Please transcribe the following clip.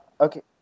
okay